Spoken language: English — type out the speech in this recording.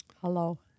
Hello